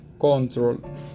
control